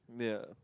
yeah